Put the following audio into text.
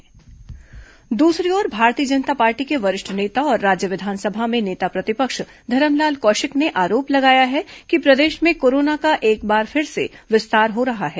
corona Dharamlal Kaushik बयान दूसरी ओर भारतीय जनता पार्टी के वरिष्ठ नेता और राज्य विधानसभा में नेता प्रतिपक्ष धरमलाल कौशिक ने आरोप लगाया है कि प्रदेश में कोरोना का एक बार फिर से विस्तार हो रहा है